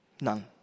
None